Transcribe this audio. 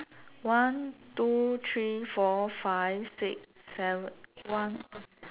one two three four five six seven one